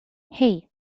hey